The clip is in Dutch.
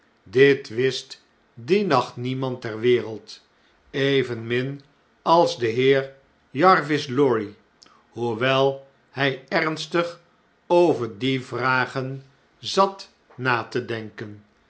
dit wist dien nacht niemand ter wereld evenmin als de heer j arvis lorry hoewel hij ernstig over die vragen zat na te denken